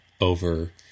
over